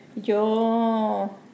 Yo